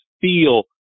feel